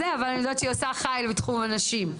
אבל אני יודעת שהיא עושה חיל בתחום הנשים.